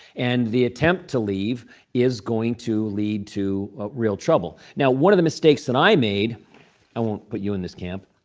and the attempt to leave is going to lead to real trouble. now, one of the mistakes that and i made i won't put you in this camp